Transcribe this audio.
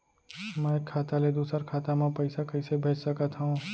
मैं एक खाता ले दूसर खाता मा पइसा कइसे भेज सकत हओं?